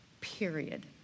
period